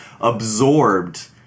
absorbed